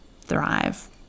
thrive